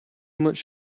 much